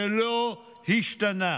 שלא השתנה,